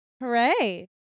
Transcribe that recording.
Hooray